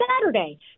Saturday